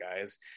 guys